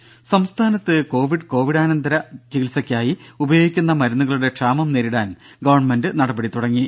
ദര സംസ്ഥാനത്ത് കോവിഡ് കോവിഡാനന്തര ചികിത്സക്കായി ഉപയോഗിക്കുന്ന മരുന്നുകളുടെ ക്ഷാമം നേരിടാൻ ഗവൺമെന്റ് നടപടി തുടങ്ങി